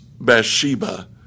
Bathsheba